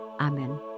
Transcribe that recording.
Amen